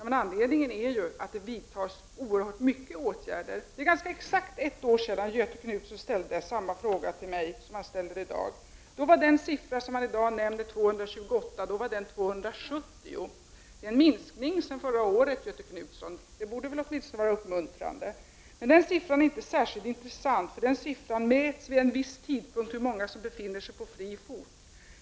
Men anledningen till detta är ju att det vidtas ett oerhört stort antal åtgärder. Det är ganska exakt ett år sedan Göthe Knutson ställde samma fråga till mig som den han ställer i dag. Den siffra som han i dag nämner — 228 — motsvarades då av siffran 270. Detta är en minskning sedan förra året, Göthe Knutson. Det borde väl åtminstone vara uppmuntrande. Men den siffran är inte särskilt intressant, den siffran talar om hur många som vid en viss tidpunkt befinner sig på fri fot.